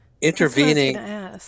intervening